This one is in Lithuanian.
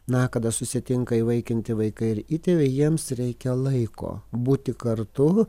na kada susitinka įvaikinti vaikai ir įtėviai jiems reikia laiko būti kartu